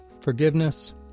forgiveness